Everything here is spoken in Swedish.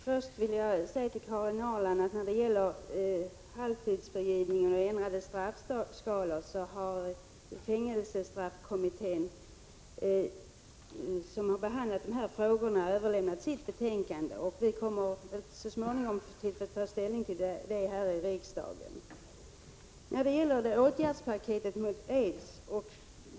Fru talman! Först till Karin Ahrland: När det gäller halvtidsfrigivning och ändrade straffskalor har fängelsestraffkommittén, som behandlat de frågor na, avlämnat ett betänkande, och vi kommer så småningom att ta ställning till de frågorna här i riksdagen.